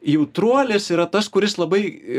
jautruolis yra tas kuris labai